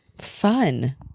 Fun